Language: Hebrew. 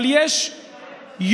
אבל יש יום